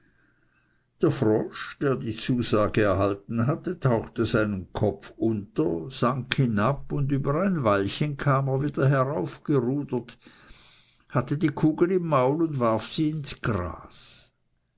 der frosch als er die zusage erhalten hatte tauchte seinen kopf unter sank hinab und über ein weilchen kam er wieder heraufgerudert hatte die kugel im maul und warf sie ins gras